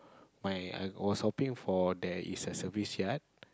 my I was hoping for there is a service yard